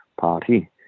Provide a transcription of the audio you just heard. Party